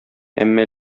әмма